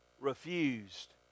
refused